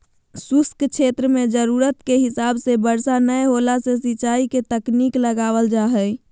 शुष्क क्षेत्र मे जरूरत के हिसाब से बरसा नय होला से सिंचाई के तकनीक लगावल जा हई